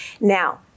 Now